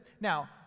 Now